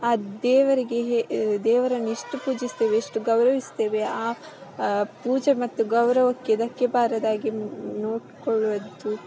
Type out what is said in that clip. ಆ ದೇವರಿಗೆ ಹೆ ದೇವರನ್ನು ಎಷ್ಟು ಪೂಜಿಸ್ತೇವೆ ಎಷ್ಟು ಗೌರವಿಸ್ತೇವೆ ಆ ಪೂಜೆ ಮತ್ತು ಗೌರವಕ್ಕೆ ಧಕ್ಕೆ ಬಾರದಾಗೆ ನೋಡಿಕೊಳ್ಳೊದ್ದು